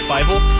Bible